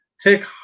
take